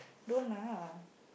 don't lah